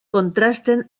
contrasten